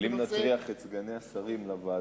אבל אם נטריח את סגני השרים לוועדות,